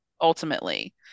ultimately